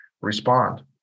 respond